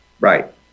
right